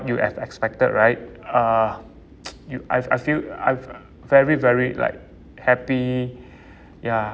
you have expected right uh you I I I feel I've very very like happy ya